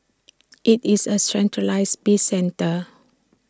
IT is A centralised bin centre